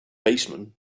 baseman